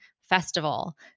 festival